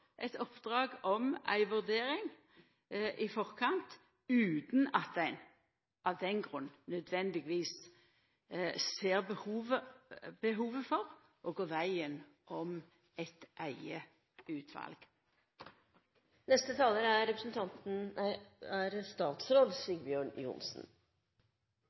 eit oppdrag om ei vurdering i forkant, utan at ein nødvendigvis ser behovet for å gå vegen om eit eige utval. Det er